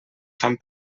fan